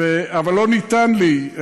אבל לא ניתן לי.